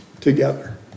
together